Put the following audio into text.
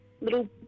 little